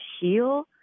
heal